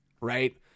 right